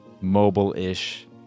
mobile-ish